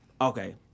Okay